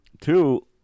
Two